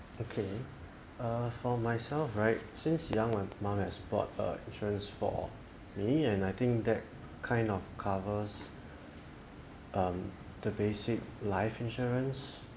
okay err for myself right since young my mum has bought a insurance for me and I think that kind of covers um the basic life insurance